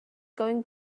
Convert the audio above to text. going